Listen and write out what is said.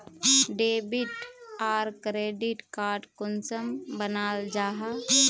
Debit आर credit card कुंसम बनाल जाहा?